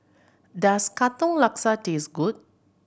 does Katong Laksa taste good